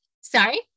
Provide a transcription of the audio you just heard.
Sorry